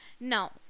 now